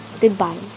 Goodbye